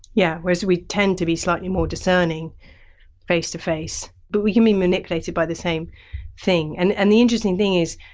yeah. whereas we tend to be slightly more discerning face to face. but we can be manipulated by the same thing. and and the interesting thing is,